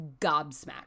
gobsmacked